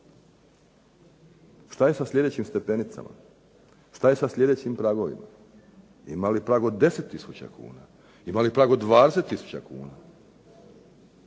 Što je sa sljedećim stepenicama? Što je sa sljedećim pragovima? Ima li prag od 10 tisuća kuna? Ima li prag od 20 tisuća kuna?